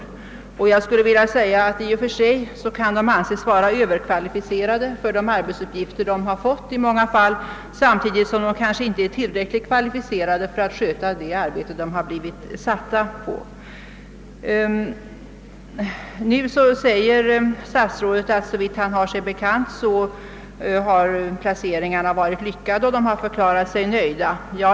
I och för sig kan dessa läkare anses vara överkvalificerade för de arbetsuppgifter de fått i Sverige samtidigt som de kanske inte är tillräckligt kvalificerade för att sköta det arbete som de blivit satta på. Statsrådet säger att såvitt han har sig bekant har placeringarna varit lycka de, och läkarna har förklarat sig nöjda.